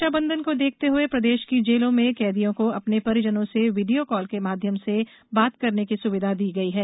रक्षाबंधन को देखते हए प्रदेश की जेलों में कैदियों को अपने परिजनों से वीडियोकाल के माध्यम से बात करने की सुविधा दी गई है